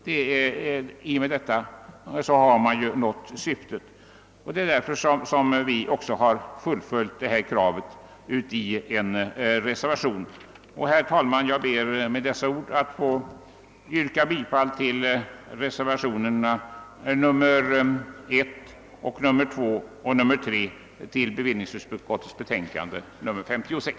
Därmed har man ju nått syftet att underlätta omflyttningen, och därför har vi också framfört det här kravet i en reservation. Herr talman! Jag ber att med dessa ord få yrka bifall till reservationerna 1, 2 och 2 vid bevillningsutskottets betänkande nr 56.